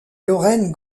lorraine